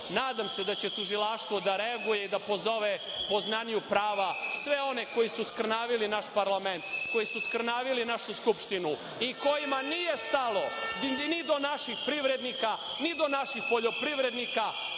nadam se da će tužilaštvo da reaguje i da pozove poznaniju prava sve koji su skrnavili naš parlament, koji su skrnavili našu Skupštinu i kojima nije stalo ni do naših privrednika, ni do naših poljoprivrednika,